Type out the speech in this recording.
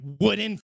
wooden